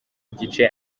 igice